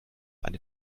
eine